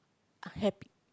unhappy